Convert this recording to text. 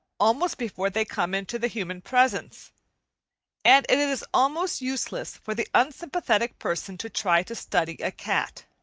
almost before they come into the human presence and it is almost useless for the unsympathetic person to try to study a cat.